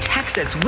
Texas